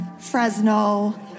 Fresno